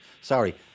sorry